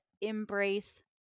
embrace